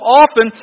often